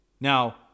Now